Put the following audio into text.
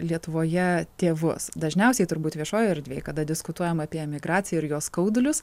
lietuvoje tėvus dažniausiai turbūt viešojoj erdvėj kada diskutuojama apie emigraciją ir jos skaudulius